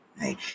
right